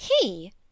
He